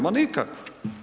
Ma nikakva.